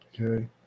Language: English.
Okay